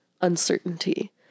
uncertainty